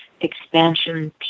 expansion